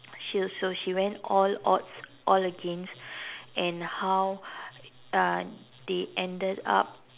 she so she went all odds all against and how uh they ended up